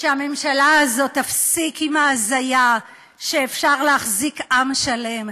שהממשלה הזו תפסיק עם ההזיה שאפשר להחזיק עם שלם,